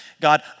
God